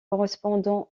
correspondant